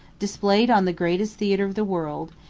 displayed on the greatest theatre of the world,